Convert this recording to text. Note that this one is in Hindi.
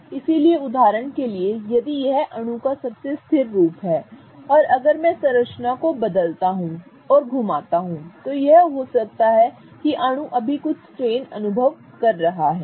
इसलिए उदाहरण के लिए यदि यह अणु का सबसे स्थिर रूप है और अगर मैं संरचना को बदलता हूं और घुमाता हूं तो हो सकता है कि यह अणु अभी कुछ स्ट्रेन अनुभव कर रहा है